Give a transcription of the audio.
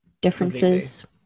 differences